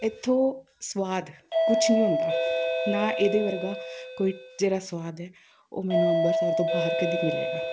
ਇੱਥੋਂ ਸਵਾਦ ਕੁਛ ਨਹੀਂ ਹੁੰਦਾ ਨਾ ਇਹਦੇ ਵਰਗਾ ਕੋਈ ਜਿਹੜਾ ਸਵਾਦ ਹੈ ਉਹ ਮੈਨੂੰ ਅੰਮ੍ਰਿਤਸਰ ਤੋਂ ਬਾਹਰ ਕਦੇ ਮਿਲੇਗਾ